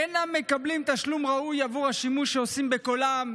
אינם מקבלים תשלום ראוי עבור השימוש שעושים בקולם,